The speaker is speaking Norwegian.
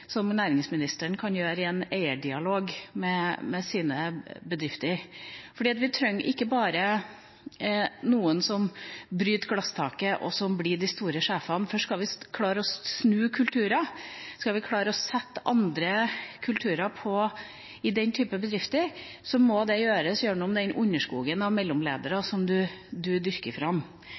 næringsministeren kan gjøre i en eierdialog med sine bedrifter. Vi trenger ikke bare noen som bryter glasstaket og som blir de store sjefene, skal vi klare å snu kulturer, skal vi klare å sette andre kulturer i den typen bedrifter, må det gjøres gjennom den underskogen av mellomledere som man dyrker fram.